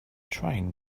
train